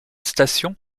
station